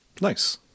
nice